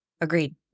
Agreed